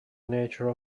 nature